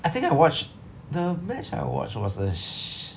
I think I watched the match I watch was a s~